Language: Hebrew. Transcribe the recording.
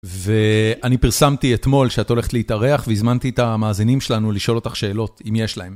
ואני פרסמתי אתמול שאתה הולך להתארח והזמנתי את המאזינים שלנו לשאול אותך שאלות אם יש להם.